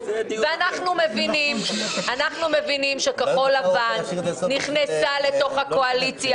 אנחנו מבינים שכחול לבן נכנסה לתוך הקואליציה